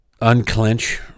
unclench